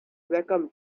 wacom